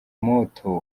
moto